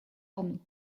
arnault